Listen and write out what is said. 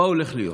מה הולך להיות.